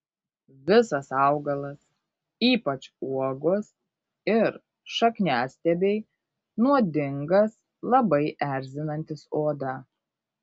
visas augalas ypač uogos ir šakniastiebiai nuodingas labai erzinantis odą